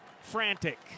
frantic